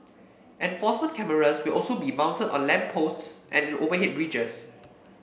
enforcement cameras will also be mounted on lamp posts and overhead bridges